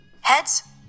Heads